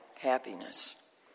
happiness